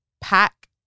Pack